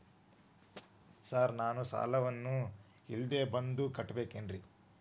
Sir ನಾನು ಸಾಲವನ್ನು ಇಲ್ಲೇ ಬಂದು ಕಟ್ಟಬೇಕೇನ್ರಿ?